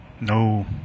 No